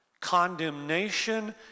Condemnation